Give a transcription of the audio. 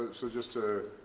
so just to